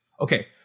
okay